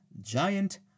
giant